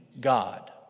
God